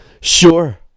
Sure